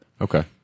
Okay